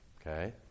Okay